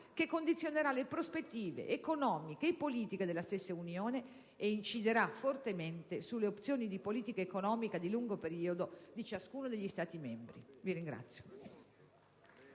che condizionerà le prospettive, economiche e politiche, della stessa Unione ed inciderà fortemente sulle opzioni di politica economica di lungo periodo di ciascuno degli Stati membri. *(Applausi